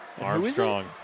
Armstrong